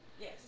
Yes